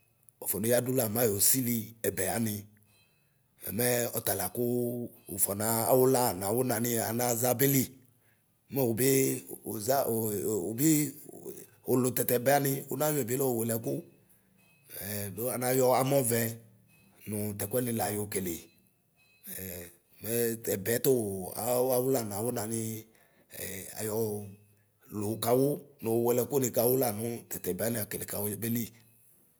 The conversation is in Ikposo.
Ofoneyɣdu la mayo sili ɛbɛani. Mɛ ɔtala kuu ufɔna awula nawunani anaʒa beli mɛ wubii uʒa eo wubii uwele la ulu tatɛbɛani, unayɔɛ biloo welɛku. Ɛ du anayɔ amɔvɛ nu tɛkuɛni la yokele. Ɛ mɛɛ tɛbɛ tuu awu awula nawu nanii ee ayoo lukawa nowelɛkunikawu la nu tatɛbɛani akele kawu beli.